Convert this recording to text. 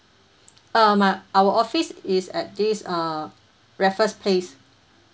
uh my our office is at this err raffles place